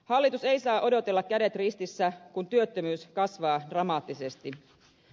hallitus ei saa odotella kädet ristissä kun työttömyys kasvaa dramaattisesti